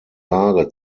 lage